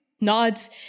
nods